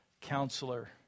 counselor